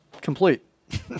complete